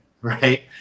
right